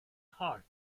heart